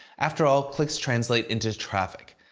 afterall, clicks translate into traffic.